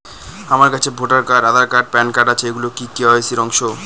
আমার কাছে voter card Aadhaar card PAN card আছে এগুলো কি কে.ওয়াই.সি র অংশ?